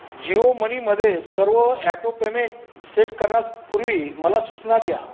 जिओमनीमध्ये सर्व autopayment set करासपूर्वी मला सूचना द्या